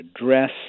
address